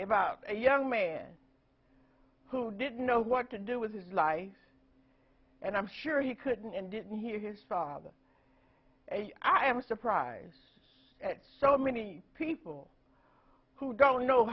about a young man who didn't know what to do with his life and i'm sure he couldn't and didn't hear his father and i'm surprised at so many people who don't know